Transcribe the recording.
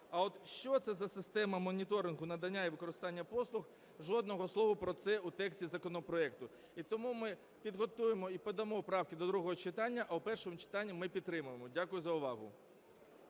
А от що це за система моніторингу надання і використання послуг – жодного слова про це в тексті законопроекту. І тому ми підготуємо і подамо правки до другого читання, а в першому читанні ми підтримуємо. Дякую за увагу.